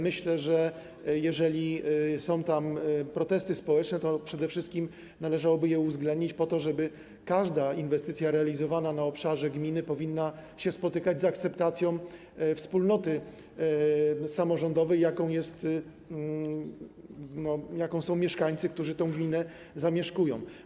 Myślę, że jeżeli są tam protesty społeczne, to przede wszystkim należałoby je uwzględnić, bo każda inwestycja realizowana na obszarze gminy powinna się spotykać z akceptacją wspólnoty samorządowej, jaką są mieszkańcy, którzy tę gminę zamieszkują.